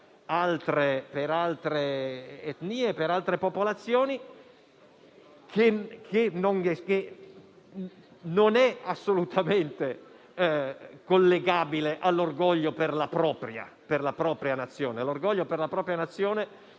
per altre etnie e popolazioni, che non è assolutamente collegabile all'orgoglio per la propria Nazione. L'orgoglio per la propria Nazione